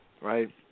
right